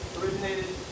originated